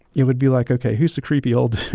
it would be like, ok, who's the creepy old dude,